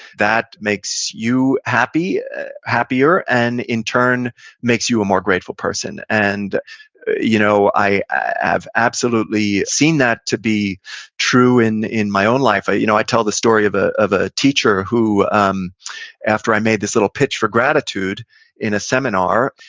that makes you happier and in turn makes you a more grateful person. and you know i i have absolutely seen that to be true in in my own life. i you know i tell the story of ah of a teacher who um after i made this little pitch for gratitude in a seminar,